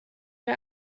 wir